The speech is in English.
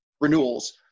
renewals